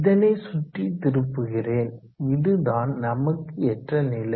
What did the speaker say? இதனை சுற்றி திரும்புகிறேன் இதுதான் நமக்கேற்ற நிலை